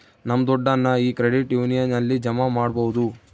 ನಮ್ ದುಡ್ಡನ್ನ ಈ ಕ್ರೆಡಿಟ್ ಯೂನಿಯನ್ ಅಲ್ಲಿ ಜಮಾ ಮಾಡ್ಬೋದು